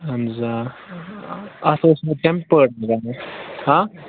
اہن حظ آ اَتھ اوس مےٚ ٹیٚمپٲرڈ لگٲوِتھ ہاں